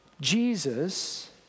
Jesus